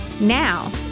Now